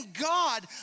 God